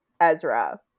Ezra